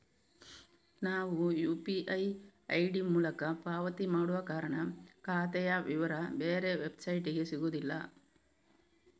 ನಾವು UPI ID ಮೂಲಕ ಪಾವತಿ ಮಾಡುವ ಕಾರಣ ಖಾತೆಯ ವಿವರ ಬೇರೆ ವೆಬ್ಸೈಟಿಗೆ ಸಿಗುದಿಲ್ಲ